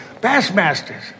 Bassmasters